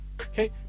okay